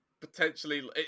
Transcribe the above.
potentially